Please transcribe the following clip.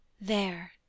There